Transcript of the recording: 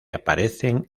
aparecen